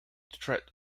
threat